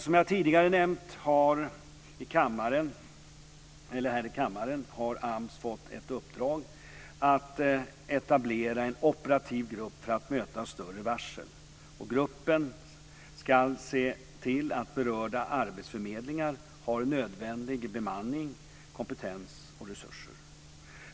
Som jag tidigare nämnt här i kammaren har AMS fått ett uppdrag att etablera en operativ grupp för att möta större varsel. Gruppen ska se till att berörda arbetsförmedlingar har nödvändig bemanning, kompetens och resurser.